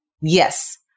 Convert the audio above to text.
Yes